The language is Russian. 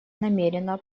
намерена